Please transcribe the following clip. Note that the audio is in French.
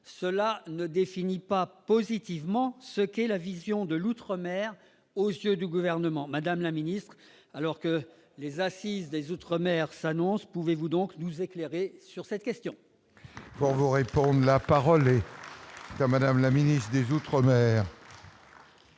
cela ne définit pas positivement ce qu'est la vision de l'outre-mer aux yeux du Gouvernement. Madame la ministre, alors que les assises des outre-mer s'annoncent, pouvez-vous nous éclairer sur cette question ? La parole est à Mme la ministre des outre-mer.